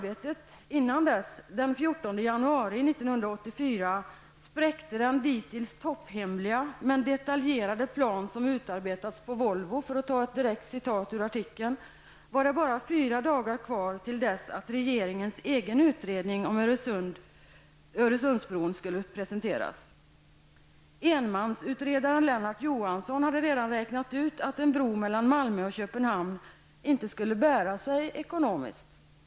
1984, spräckte den dittills ''topphemliga, men detaljerade plan som utarbetats på Volvo'', som det stod i artikeln, var det bara fyra dagar kvar till dess att regeringens egen utredning om Öresundsbron skulle presenteras. Enmansutredaren Lennart Johansson hade redan räknat ut att en bro mellan Malmö och Köpenhamn inte skulle bära sig ekonomiskt.